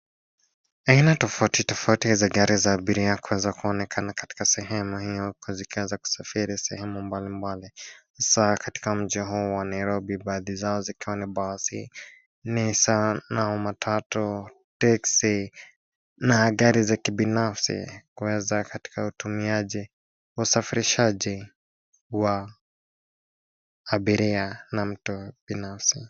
Aina tofauti tofauti za gari za abiria kuweza kuonekana katika sehemu hio huku zikiweza kusafiri sehemu mbali mbali, hasaa katika mji huu wa Nairobi baadhi zao zikiwa ni basi, nissan au matatu, teksi, na gari za kibinafsi, kuweza katika utumiaji, na usafirishaji, wa, abiria na mtu, binafsi.